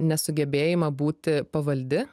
nesugebėjimą būti pavaldi